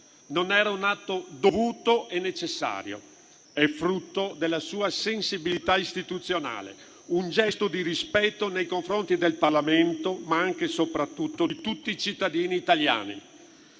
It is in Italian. Non era un atto dovuto e necessario. È frutto della sua sensibilità istituzionale, un gesto di rispetto nei confronti del Parlamento, ma anche e soprattutto di tutti i cittadini italiani.